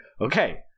okay